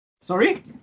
Sorry